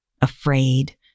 afraid